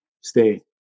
stay